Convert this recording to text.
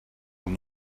will